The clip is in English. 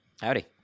Howdy